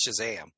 Shazam